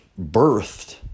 birthed